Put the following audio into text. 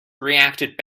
reacted